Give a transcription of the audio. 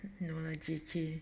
no lah G_G